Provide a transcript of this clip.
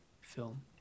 film